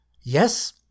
Yes